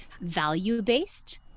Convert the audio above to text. value-based